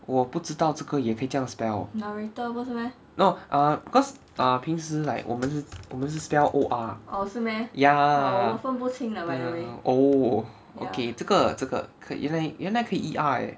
我不知道这个也可以这样 spell no err cause err 平时 like 我们是我们是 spell O R ya ya oh okay 这个这个可以原来可以 E R leh